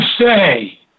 say